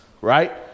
Right